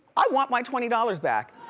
i want my twenty dollars back.